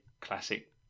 classic